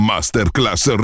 Masterclass